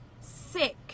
Sick